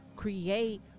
Create